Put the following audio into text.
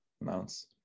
amounts